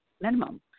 minimum